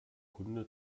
kunde